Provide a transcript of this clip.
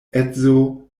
edzo